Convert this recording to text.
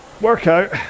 workout